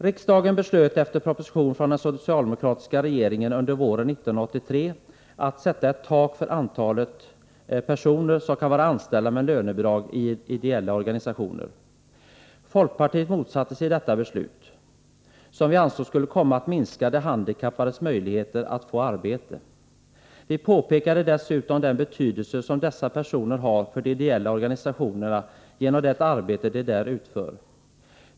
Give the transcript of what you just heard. Riksdagen beslöt efter proposition från den socialdemokratiska regeringen under våren 1983 att sätta ett tak för antalet personer som kan vara anställda med lönebidrag i ideella organisationer. Folkpartiet motsatte sig detta beslut, som vi ansåg skulle komma att minska de handikappades möjligheter att få arbete. Vi påpekade dessutom den betydelse som dessa personer har för de ideella organisationerna genom det arbete de där utför.